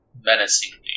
menacingly